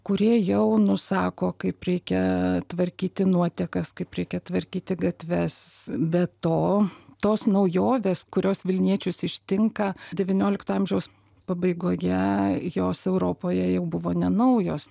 kurie jau nusako kaip reikia tvarkyti nuotekas kaip reikia tvarkyti gatves be to tos naujovės kurios vilniečius ištinka devyniolikto amžiaus pabaigoje jos europoje jau buvo ne naujos